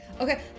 Okay